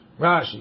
Rashi